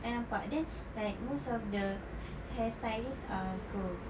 I nampak then like most of the hair stylists are girls